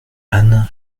anne